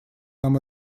нам